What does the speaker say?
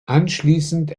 anschließend